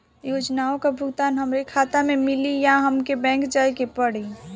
योजनाओ का भुगतान हमरे खाता में मिली या हमके बैंक जाये के पड़ी?